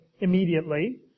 immediately